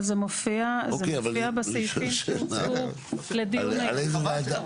אבל זה מופיע בסעיפים שהוצאו לדיון היום.